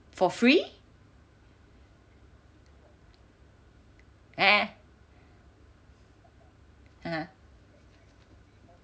for free eh (uh huh)